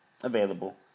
available